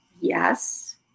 Yes